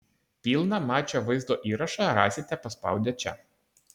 pilną mačo vaizdo įrašą rasite paspaudę čia